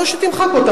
לא שתמחק אותן,